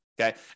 Okay